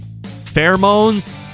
Pheromones